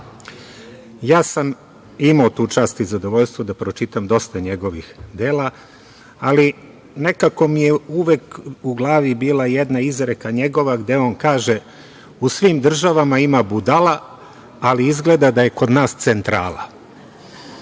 Ja sam imao tu čast i zadovoljstvo da pročitam dosta njegovih dela, ali nekako mi je uvek u glavi bila jedna njegova izreka gde on kaže – u svim državama ima budala, ali izgleda da je kod nas centrala. Kada